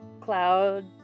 cloud